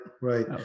right